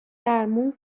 درمون